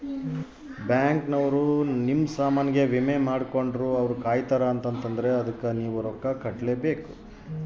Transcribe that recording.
bank ಅವ್ರ ನಮ್ ಸಾಮನ್ ಗೆ ವಿಮೆ ಮಾಡ್ಕೊಂಡ್ರ ಅವ್ರ ಕಾಯ್ತ್ದಂಗ ಅದುನ್ನ ಅದುಕ್ ನವ ರೊಕ್ಕ ಕಟ್ಬೇಕು